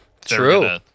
True